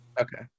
Okay